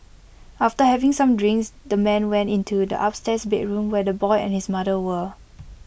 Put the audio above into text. after having some drinks the man went into the upstairs bedroom where the boy and his mother were